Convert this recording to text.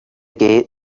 gates